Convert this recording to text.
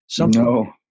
No